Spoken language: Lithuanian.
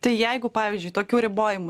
tai jeigu pavyzdžiui tokių ribojimų